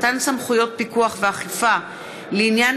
(מתן סמכויות פיקוח ואכיפה לעניין